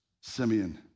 Simeon